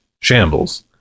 Shambles